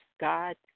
God